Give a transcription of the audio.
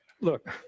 look